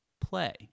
play